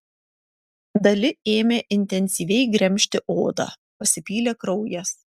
dali ėmė intensyviai gremžti odą pasipylė kraujas